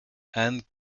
and